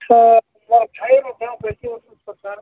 sir ଖାଇବୁ କ'ଣ ଦେଶୀ ଔଷଧ ସାର୍